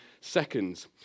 seconds